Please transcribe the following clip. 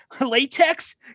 Latex